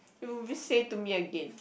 r~ re-say to me again